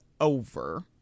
over